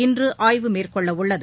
இன்று ஆய்வு மேற்கொள்ளவுள்ளது